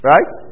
Right